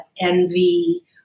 envy